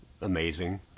amazing